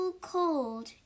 cold